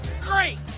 Great